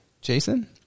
Jason